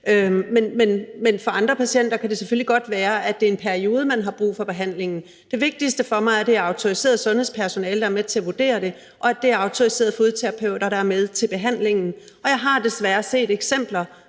Men for andre patienter kan det selvfølgelig godt være, at det er i en periode, man har brug for behandlingen. Det vigtigste for mig er, at det er autoriseret sundhedspersonale, der er med til at vurdere det, og at det er autoriserede fodterapeuter, der er med til behandlingen. Jeg har desværre set eksempler